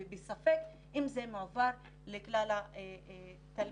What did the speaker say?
ובספק אם זה מועבר לכלל התלמידים.